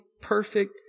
perfect